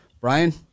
Brian